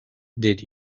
did